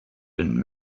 been